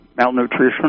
malnutrition